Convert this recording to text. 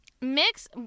Mix